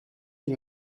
die